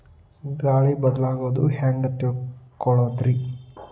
ಗಾಳಿ ಬದಲಾಗೊದು ಹ್ಯಾಂಗ್ ತಿಳ್ಕೋಳೊದ್ರೇ?